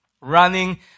running